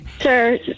Sir